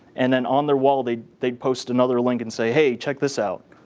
and then on their wall they'd they'd post another link and say, hey, check this out.